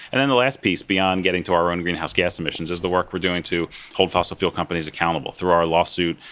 and then the last piece beyond getting to our own greenhouse gas emissions is the work we're doing to hold fossil fuel companies accountable. through our lawsuit,